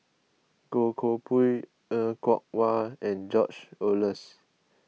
Goh Koh Pui Er Kwong Wah and George Oehlers